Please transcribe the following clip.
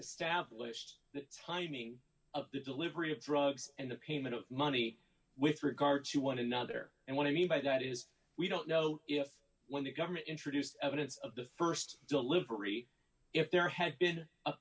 established the timing of the delivery of drugs and the payment of money with regard to one another and what i mean by that is we don't know if when the government introduced evidence of the st delivery if there had been a